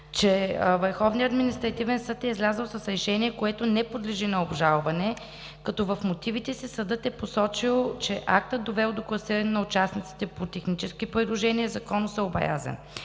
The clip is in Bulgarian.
че Върховният административен съд е излязъл с решение, което не подлежи на обжалване, като в мотивите си е посочил, че актът, довел до класиране на участниците по технически предложения, е законосъобразен.